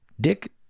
Dick